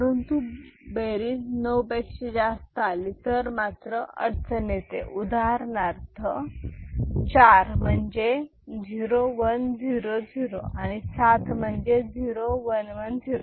परंतु बेरीज 9 पेक्षा जास्त आली तर मात्र अडचण येते उदाहरणार्थ चार म्हणजे 0 1 0 0 आणि सात म्हणजे 0110